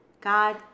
God